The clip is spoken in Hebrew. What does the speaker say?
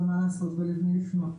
מה לעשות ולמי לפנות.